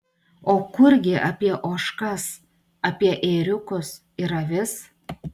o kurgi apie ožkas apie ėriukus ir avis